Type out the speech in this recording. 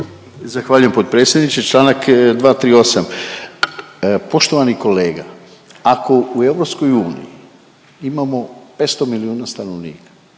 Zahvaljujem potpredsjedniče, čl. 238.. Poštovani kolega, ako u EU imamo 500 milijuna stanovnika